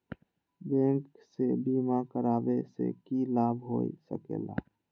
Bank से बिमा करावे से की लाभ होई सकेला?